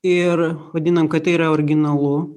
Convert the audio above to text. ir vadinam kad tai yra originalu